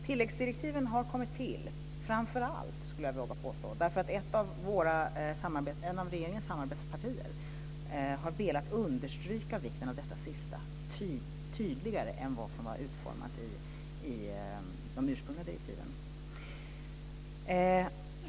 Tilläggsdirektiven har kommit till framför allt, skulle jag våga påstå, därför att ett av regeringens samarbetspartier har velat understryka vikten av detta sista tydligare än det var utformat i de ursprungliga direktiven.